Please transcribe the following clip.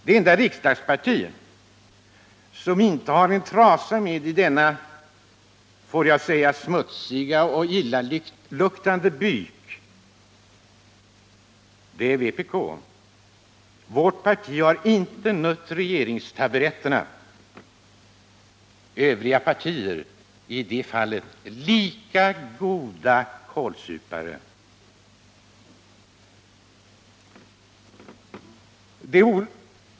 Det enda riksdagsparti som inte har en trasa med i denna — får jag säga smutsiga och illaluktande — byk är vpk. Vårt parti har inte nött regeringstaburetterna. Övriga partier är i det här fallet lika goda kålsupare.